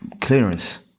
clearance